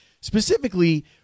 Specifically